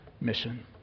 mission